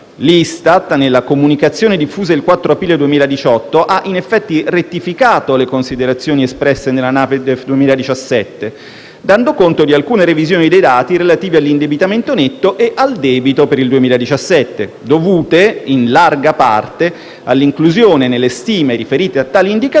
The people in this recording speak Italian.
L'Istat, nella comunicazione diffusa il 4 aprile 2018, ha in effetti rettificato le considerazioni espresse nella NADEF 2017 dando conto di alcune revisioni dei dati relativi all'indebitamento netto e al debito per il 2017, dovute in larga parte all'inclusione nelle stime riferite a tali indicatori